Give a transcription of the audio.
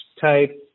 type